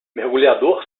mergulhador